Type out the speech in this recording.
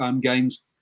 games